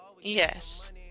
yes